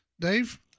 Dave